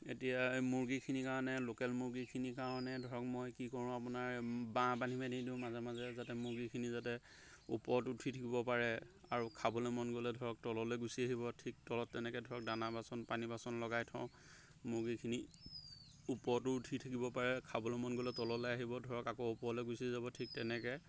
এতিয়া এই মুৰ্গীখিনিৰ কাৰণে লোকেল মুৰ্গীখিনিৰ কাৰণে ধৰক মই কি কৰোঁঁ আপোনাৰ বাঁহ বান্ধি বান্ধি দিওঁ মাজে মাজে যাতে মুৰ্গীখিনি যাতে ওপৰত উঠি থাকিব পাৰে আৰু খাবলৈ মন গ'লে ধৰক তললৈ গুচি আহিব ঠিক তলত এনেকৈ ধৰক দানা বাচন পানী বাচন লগাই থওঁ মুৰ্গীখিনি ওপৰতো উঠি থাকিব পাৰে খাবলৈ মন গ'লে তললৈ আহিব ধৰক আকৌ ওপৰলৈ গুচি যাব ঠিক তেনেকৈ